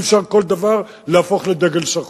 אי-אפשר כל דבר להפוך לדגל שחור.